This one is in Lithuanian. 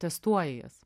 testuoji jas